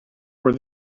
were